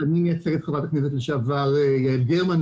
אני מייצג את חברת הכנסת לשעבר יעל גרמן,